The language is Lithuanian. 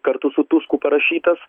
kartu su tusku parašytas